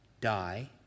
die